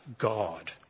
God